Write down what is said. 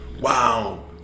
Wow